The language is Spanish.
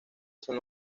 son